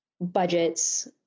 budgets